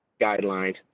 guidelines